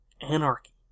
anarchy